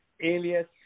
alias